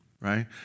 right